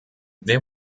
they